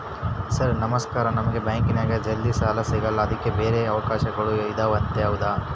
Sir ನಮಸ್ಕಾರ ನಮಗೆ ಬ್ಯಾಂಕಿನ್ಯಾಗ ಜಲ್ದಿ ಸಾಲ ಸಿಗಲ್ಲ ಅದಕ್ಕ ಬ್ಯಾರೆ ಅವಕಾಶಗಳು ಇದವಂತ ಹೌದಾ?